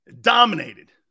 Dominated